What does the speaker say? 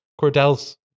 Cordell's